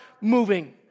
moving